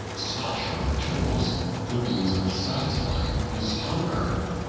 sought from the tools the means of satisfying his hunger.